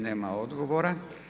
Nema odgovora.